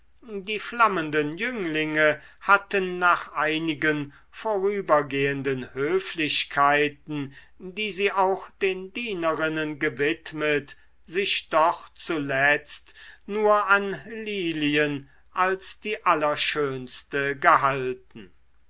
die flammenden jünglinge hatten nach einigen vorübergehenden höflichkeiten die sie auch den dienerinnen gewidmet sich doch zuletzt nur an lilien als die allerschönste gehalten